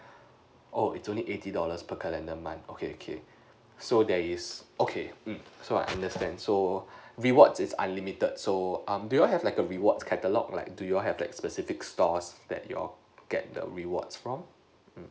oh it's only eighty dollars per calendar month okay okay so there is okay mm so I understand so rewards is unlimited so um do you have like a rewards catalogue like do you have like specific stores that you'll get the rewards from mm